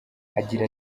agira